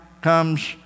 comes